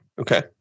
Okay